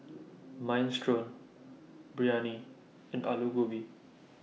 Minestrone Biryani and Alu Gobi